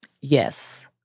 Yes